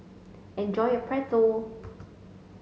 enjoy your Pretzel